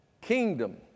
kingdom